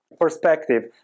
perspective